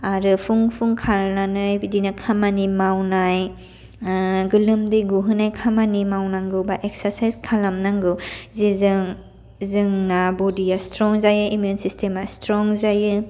आरो फुं फुं खारनानै बिदिनो खामानि मावनाय गोलोमदै गहोनाय खामानि मावनांगौबा इएकसार्जसाइज बा खामानि मावनो नांगौ जिजों जोंना बदिया स्त्रं जायो इमिउन सिसथिमा स्त्रं जायो